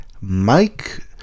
Mike